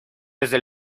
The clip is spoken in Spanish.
desde